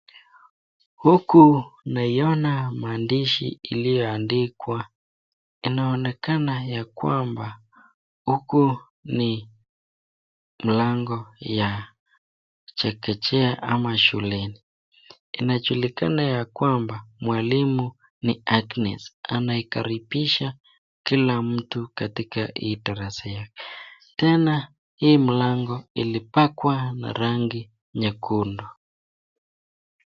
Huku naiona maandishi iliyoandikwa , inaonekana ya kwamba huku ni mlango ya chekechea ama shuleni ,inajulikana ya kwamba mwalimu ni Agnes anayekaribisha kila mtu katika hii darasa yake, tena hii mlango ilipakwa na rangi nyekundu.